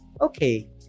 okay